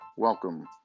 Welcome